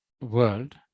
world